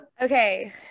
okay